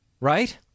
Right